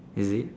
is it